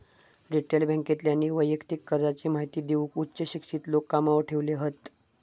retail बॅन्केतल्यानी वैयक्तिक कर्जाची महिती देऊक उच्च शिक्षित लोक कामावर ठेवले हत